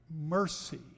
mercy